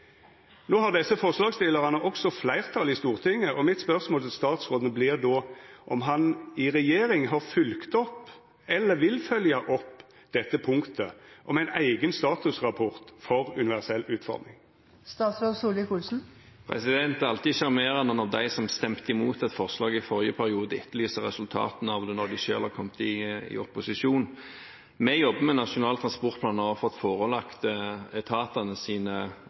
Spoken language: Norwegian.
har desse forslagsstillarane også fleirtal i Stortinget, og mitt spørsmål til statsråden vert då om han i regjering har følgt opp, eller vil følgja opp, dette punktet om ein eigen statusrapport for universell utforming. Det er alltid sjarmerende når de som stemte imot et forslag i forrige periode, etterlyser resultatene av det når de selv har kommet i opposisjon. Vi jobber med Nasjonal transportplan og har fått forelagt